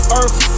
earth